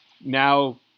now